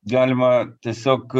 galima tiesiog